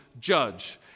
judge